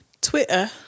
Twitter